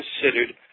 considered